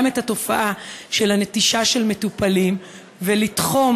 את התופעה של הנטישה של מטופלים ולתחום